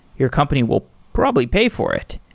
your company will probably pay for it,